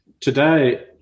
Today